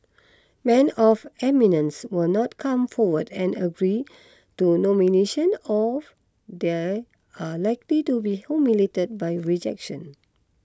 men of eminence will not come forward and agree to nomination of they are likely to be humiliated by rejection